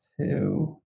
two